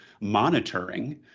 monitoring